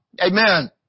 Amen